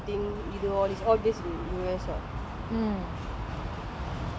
and like somemore all the major all these in U_S